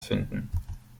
finden